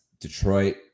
detroit